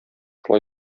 шулай